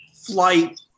flight